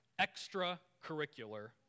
extracurricular